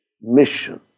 mission